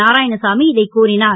நாராயணசாமி இதைக் கூறினார்